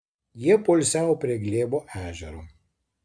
jie poilsiavo prie glėbo ežero